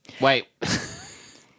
Wait